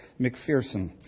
McPherson